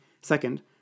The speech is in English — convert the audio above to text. Second